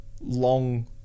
long